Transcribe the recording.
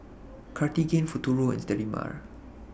Cartigain Futuro and Sterimar